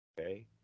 okay